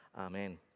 Amen